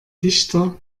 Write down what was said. dichter